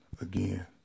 again